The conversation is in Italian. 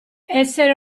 essere